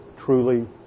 truly